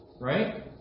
right